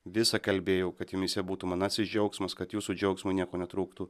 visa kalbėjau kad jumyse būtų manasis džiaugsmas kad jūsų džiaugsmui nieko netrūktų